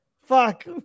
Fuck